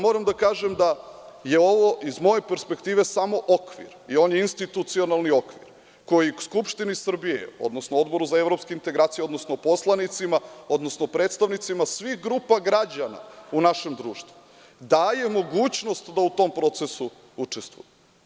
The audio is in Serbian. Moram da kažem da je ovo iz moje perspektive samo okvir i to je institucionalni okvir, koji Skupštini Srbije, Odboru za evropske integracije, odnosno poslanicima, predstavnicima svih grupa građana u našem društvu daje mogućnost da u tom procesu učestvuju.